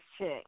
check